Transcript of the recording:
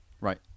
Right